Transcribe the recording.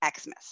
Xmas